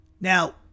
Now